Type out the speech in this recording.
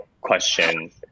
question